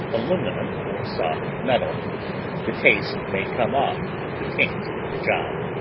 aluminum or soft metal the taste may come off to taint the job.